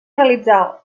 realitzar